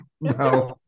No